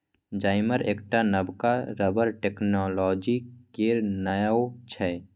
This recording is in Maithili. जाइमर एकटा नबका रबर टेक्नोलॉजी केर नाओ छै